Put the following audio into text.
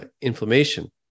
inflammation